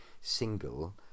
single